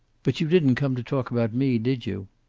but you didn't come to talk about me, did you?